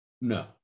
No